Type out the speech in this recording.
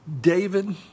David